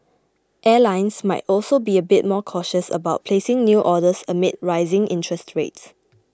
airlines might also be a bit more cautious about placing new orders amid rising interest rates